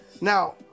Now